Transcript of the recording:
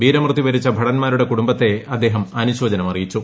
വീരമൃത്യു വരിച്ച ഭടന്മാരുടെ കുടുംബത്തെ അദ്ദേഹം അനുശോചനം അറിയിച്ചു